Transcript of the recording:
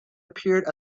appeared